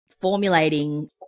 formulating